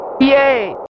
Yay